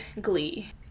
glee